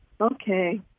Okay